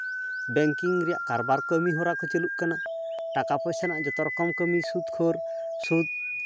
banking ᱨᱮᱭᱟᱜ ᱠᱟᱨᱵᱟᱨ ᱠᱟᱹᱢᱤ ᱦᱚᱨᱟ ᱠᱚ ᱪᱟᱞᱩᱜ ᱠᱟᱱᱟ ᱴᱟᱠᱟ ᱯᱚᱭᱥᱟ ᱨᱮᱱᱟᱜ ᱡᱚᱛᱚ ᱨᱚᱠᱚᱢ ᱠᱟᱹᱢᱤ ᱥᱩᱫ ᱠᱷᱳᱨ ᱥᱩᱫ